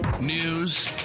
news